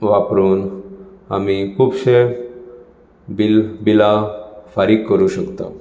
वापरून आमी खूबशे बील बिलां फारीक करूं शकता